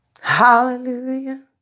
Hallelujah